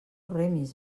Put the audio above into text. remis